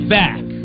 back